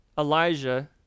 Elijah